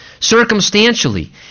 circumstantially